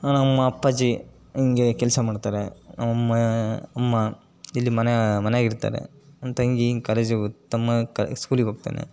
ನಮ್ಮ ಅಪ್ಪಾಜಿ ಹಿಂಗೇ ಕೆಲಸ ಮಾಡ್ತಾರೆ ನಮ್ಮಮ್ಮ ಅಮ್ಮ ಇಲ್ಲಿ ಮನೆ ಮನೇಗೆ ಇರ್ತಾರೆ ನನ್ನ ತಂಗಿ ಹಿಂಗ್ ಕಾಲೇಜಿಗೆ ಹೋತ್ ತಮ್ಮ ಕ ಸ್ಕೂಲಿಗೆ ಹೋಗ್ತಾನೆ